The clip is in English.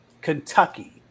Kentucky